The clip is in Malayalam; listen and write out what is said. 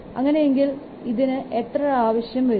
അങ്ങനെയെങ്കിൽ ഇതിന് എത്ര ആവശ്യം വരും